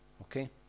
Okay